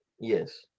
Yes